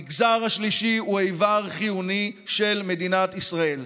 המגזר השלישי הוא איבר חיוני של מדינת ישראל,